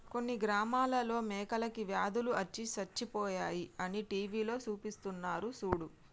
కొన్ని గ్రామాలలో మేకలకి వ్యాధులు అచ్చి సచ్చిపోయాయి అని టీవీలో సూపిస్తున్నారు సూడు